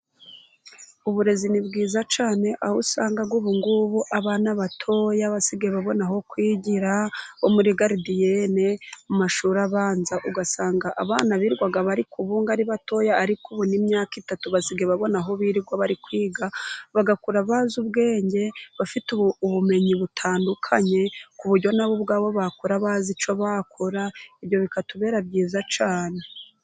Uburezi ni bwiza cyane, aho usanga ubungubu abana batoya basigaye babona aho kwigira. Abo muri garidiyene, mu mashuri abanza ugasanga abana birirwaga bari kubunga ari batoya. Ariko ubu n'imyaka itatu basigaye babona aho birirwa bari kwiga, bagakura abazi ubwenge, bafite ubumenyi butandukanye, ku buryo nabo ubwabo bakura bazi icyo bakora, ibyo bikatubera byiza cyane.